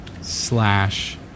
slash